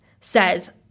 says